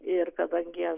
ir kadangi aš